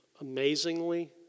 amazingly